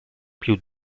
più